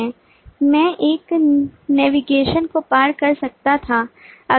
मैं एक नेविगेशन को पार कर सकता था